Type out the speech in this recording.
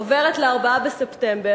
עוברת ל-4 בספטמבר,